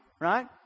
Right